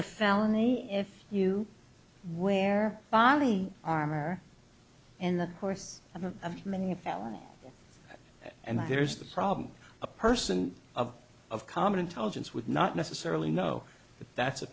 a felony if you where body armor in the course of many a felony and there's the problem a person of of common intelligence would not necessarily know that that's a